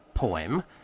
poem